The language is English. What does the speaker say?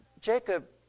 Jacob